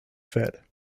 fed